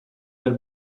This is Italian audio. per